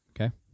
okay